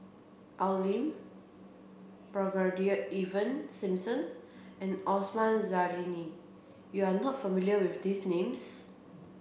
Al Lim Brigadier Ivan Simson and Osman Zailani you are not familiar with these names